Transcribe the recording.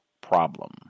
problem